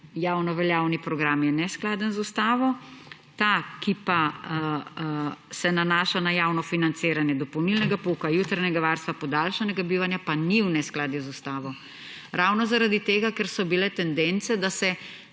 javnoveljavni program, neskladen z ustavo, ta, ki pa se nanaša na javno financiranje dopolnilnega pouka, jutranjega varstva, podaljšanega bivanja, pa ni v neskladju z ustavo. Ravno zaradi tega, ker so bile tendence, da se